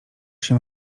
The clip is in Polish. się